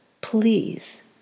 please